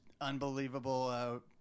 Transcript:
unbelievable